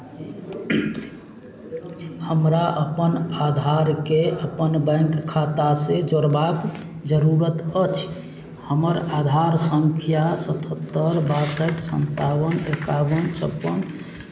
हमरा अपन आधारकेँ अपन बैंक खातासँ जोड़बाक जरूरत अछि हमर आधार सङ्ख्या सतहत्तरि बासठि सन्तावन एकावन छप्पन